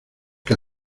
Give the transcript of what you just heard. que